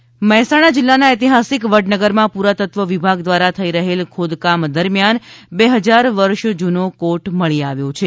વડનગર અવશેષ મહેસાણા જિલ્લાના ઐતિહાસિક વડનગરમાં પુરાતત્વ વિભાગ દ્વારા થઇ રહેલ ખોદકામ દરમિયાન બે ફજાર વર્ષ જૂનો કોટ મળી આવ્યો છે